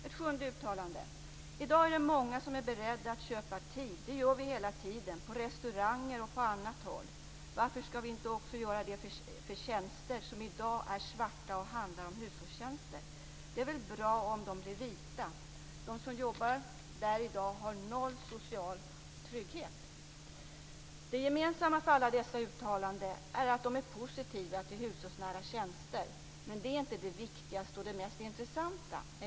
Ett sjunde uttalande: I dag är det många som är beredda att köpa tid. Det gör vi hela tiden på restauranger och på annat håll. Varför skall vi inte också göra det med tjänster som i dag är svarta och handlar om hushållstjänster. Det är väl bra om de blir vita. De som jobbar där i dag har noll social trygghet. Det gemensamma för alla dessa uttalanden är att de är positiva till hushållsnära tjänster. Men det är inte det viktigaste och mest intressanta.